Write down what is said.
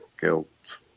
guilt